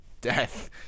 death